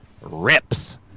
rips